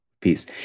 peace